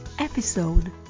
Episode